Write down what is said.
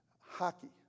Hockey